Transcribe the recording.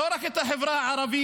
לא רק את החברה הערבית,